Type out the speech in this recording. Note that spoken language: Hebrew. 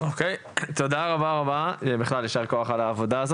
תודה רבה ויישר כוח על העבודה.